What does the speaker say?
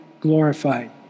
glorified